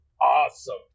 awesome